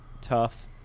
tough